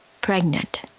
pregnant